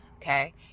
Okay